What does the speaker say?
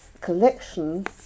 collection